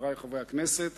חברי חברי הכנסת,